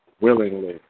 willingly